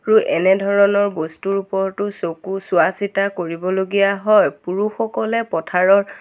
ৰ এনেধৰণৰ বস্তুৰ ওপৰতো চকু চোৱা চিতা কৰিবলগীয়া হয় পুৰুষসকলে পথাৰৰ